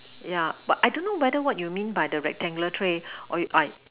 yeah but I don't know whether what you mean by the rectangular tray or you I